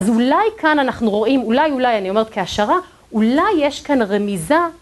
אז אולי כאן אנחנו רואים, אולי אולי, אני אומרת כהשערה, אולי יש כאן רמיזה